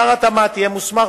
שר התמ"ת יהיה מוסמך,